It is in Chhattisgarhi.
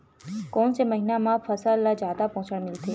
कोन से महीना म फसल ल जादा पोषण मिलथे?